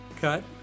cut